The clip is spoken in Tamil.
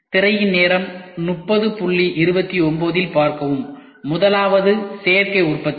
திரையின் நேரம் 3029 இல் பார்க்கவும் முதலாவது சேர்க்கை உற்பத்தி